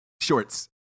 Shorts